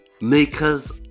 makers